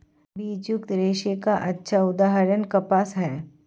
बीजयुक्त रेशे का अच्छा उदाहरण कपास है